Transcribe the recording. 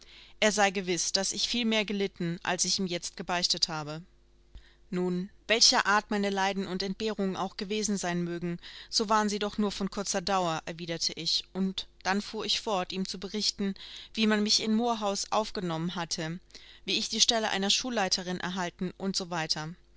er sei gewiß daß ich viel mehr gelitten als ich ihm jetzt gebeichtet habe nun welcher art meine leiden und entbehrungen auch gewesen sein mögen so waren sie doch nur von kurzer dauer erwiderte ich und dann fuhr ich fort ihm zu berichten wie man mich in moor house aufgenommen hatte wie ich die stelle einer schullehrerin erhalten u s